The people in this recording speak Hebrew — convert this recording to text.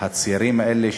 הצעירים האלה,